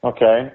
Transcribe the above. Okay